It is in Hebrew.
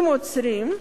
שאם עוצרים,